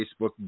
facebook